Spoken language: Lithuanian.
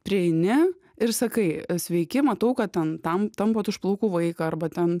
prieini ir sakai sveiki matau kad ten tam tampot už plaukų vaiką arba ten